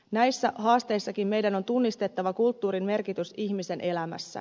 näissä haasteissakin meidän on tunnistettava kulttuurin merkitys ihmisen elämässä